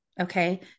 Okay